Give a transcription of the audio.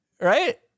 right